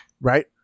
right